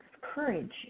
courage